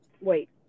wait